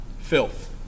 filth